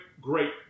great